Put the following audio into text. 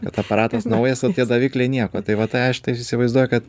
kad aparatas naujas o tie davikliai nieko tai va tai aš tai įsivaizduoju kad